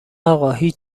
اقا، هیچ